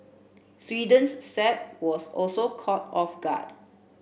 Sweden's Saab was also caught off guard